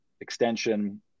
extension